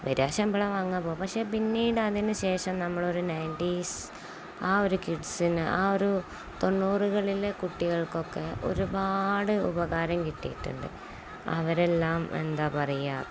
വരുക ശമ്പളം വാങ്ങുക പോവുക പക്ഷെ പിന്നീട് അതിനുശേഷം നമ്മളൊരു നയൻറ്റീസ് ആ ഒരു കിഡ്സിന് ആ ഒരു തൊണ്ണൂറുകളിലെ കുട്ടികൾക്കൊക്കെ ഒരുപാട് ഉപകാരം കിട്ടീയിട്ടുണ്ട് അവരെല്ലാം എന്താണു പറയുക